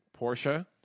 Porsche